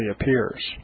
appears